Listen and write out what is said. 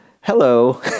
Hello